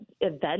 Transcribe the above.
event